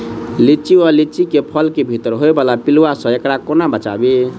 लिच्ची वा लीची केँ फल केँ भीतर होइ वला पिलुआ सऽ एकरा कोना बचाबी?